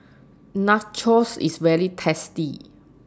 Nachos IS very tasty